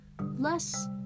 less